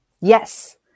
Yes